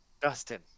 Dustin